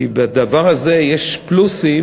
כי בדבר הזה יש פלוסים,